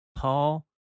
Paul